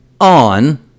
On